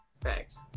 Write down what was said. Thanks